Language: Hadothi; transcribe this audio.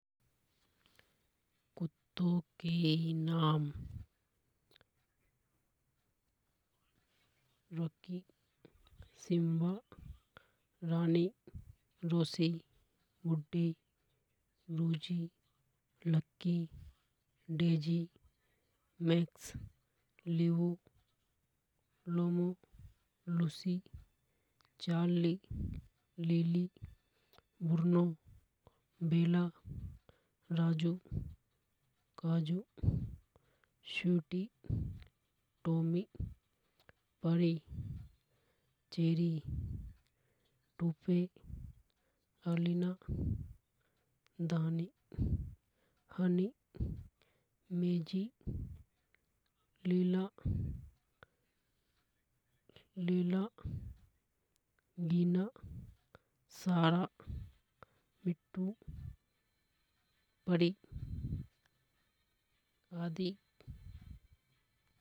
कुत्तों के नाम रॉकी सिंबा रानी गुड्डी बुझी लक्की मेस लियो लोमो Lucy Charlie Lily Bruno Bella Raju Kaju शूटि टॉमी पारी चेरी टूपे एलिना दानी Honey Maggie Leela Gina Sara Mithu Pari आदि।